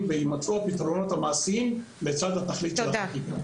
ויימצאו הפתרונות המעשיים לצד התכלית של החקיקה.